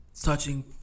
touching